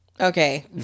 Okay